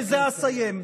בזה אסיים.